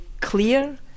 clear